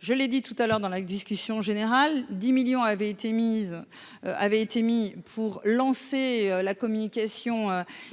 je l'ai dit tout à l'heure dans la discussion générale 10 millions avaient été mises avait été mis pour lancer la communication,